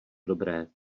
dobré